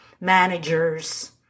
managers